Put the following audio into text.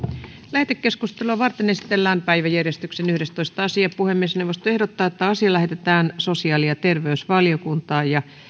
lähetekeskustelua varten esitellään päiväjärjestyksen yhdestoista asia puhemiesneuvosto ehdottaa että asia lähetetään sosiaali ja terveysvaliokuntaan